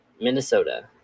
Minnesota